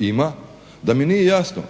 ima da mi nije jasno